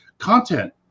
content